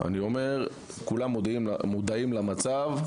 שכולם מודעים למצב,